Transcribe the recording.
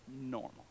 normal